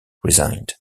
resigned